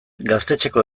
gaztetxeko